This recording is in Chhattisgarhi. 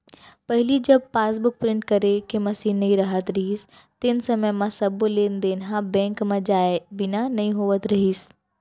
पहिली जब पासबुक प्रिंट करे के मसीन नइ रहत रहिस तेन समय म सबो लेन देन ह बेंक म जाए बिना नइ होवत रहिस